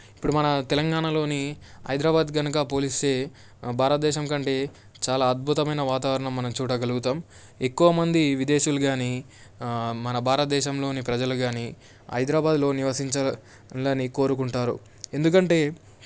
ఇప్పుడు మన తెలంగాణలోని హైదరాబాదు కనుక పోలిస్తే భారతదేశం కంటే చాలా అద్భుతమైన వాతావరణం మనం చూడగలుగుతాం ఎక్కువ మంది విదేశీయులు కానీ మన భారతదేశంలోని ప్రజలు కానీ హైదరాబాదులో నివసించాలని కోరుకుంటారు ఎందుకంటే